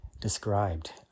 described